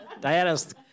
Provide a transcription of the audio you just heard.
Diana's